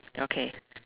okay